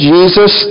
Jesus